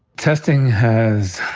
testing has